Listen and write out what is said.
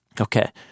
Okay